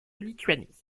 lituanie